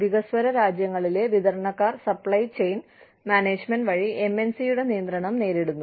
വികസ്വര രാജ്യങ്ങളിലെ വിതരണക്കാർ സപ്ലൈ ചെയിൻ മാനേജ്മെന്റ് വഴി MNC യുടെ നിയന്ത്രണം നേരിടുന്നു